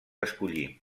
escollir